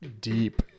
deep